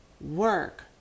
work